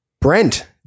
Brent